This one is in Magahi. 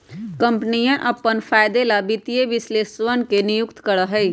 कम्पनियन अपन फायदे ला वित्तीय विश्लेषकवन के नियुक्ति करा हई